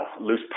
loose